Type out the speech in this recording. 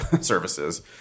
services